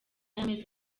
y’amezi